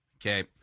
Okay